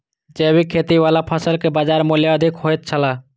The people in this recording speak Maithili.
जैविक खेती वाला फसल के बाजार मूल्य अधिक होयत छला